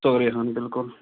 سٲرٕے ہن بِلکُل